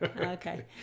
Okay